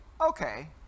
okay